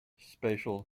spatial